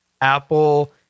Apple